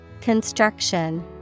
Construction